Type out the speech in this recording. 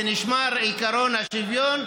ונשמר עקרון השוויון,